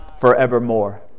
forevermore